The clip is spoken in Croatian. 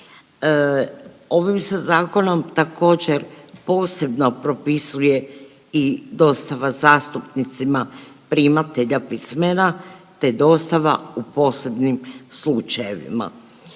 Ovim se zakonom također posebno propisuje i dostava zastupnicima primatelja pismena, te dostava u posebnim slučajevima.